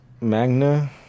magna